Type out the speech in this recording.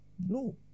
No